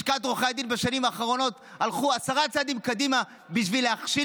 לשכת עורכי הדין בשנים האחרונות הלכה עשרה צעדים קדימה בשביל להכשיל